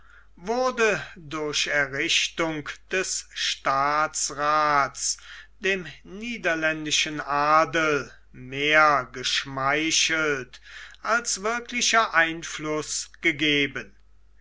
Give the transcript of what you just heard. wurde durch errichtung des staatsraths dem niederländischen adel mehr geschmeichelt als wirklicher einfluß gegeben